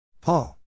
Paul